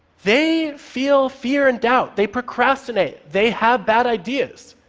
they feel fear and doubt. they procrastinate. they have bad ideas.